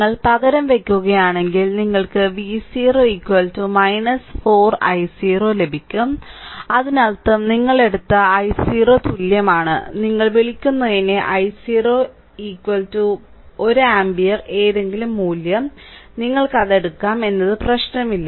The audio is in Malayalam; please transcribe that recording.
നിങ്ങൾ പകരം വയ്ക്കുകയാണെങ്കിൽ നിങ്ങൾക്ക് V0 4 i0 ലഭിക്കും അതിനർത്ഥം നിങ്ങൾ എടുത്ത i0 തുല്യമാണ് നിങ്ങൾ വിളിക്കുന്നതിനെ i0 പറയുക 1 ആമ്പിയർ ഏതെങ്കിലും മൂല്യം നിങ്ങൾക്ക് അത് എടുക്കാം എന്നത് പ്രശ്നമല്ല